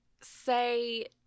say